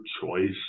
choice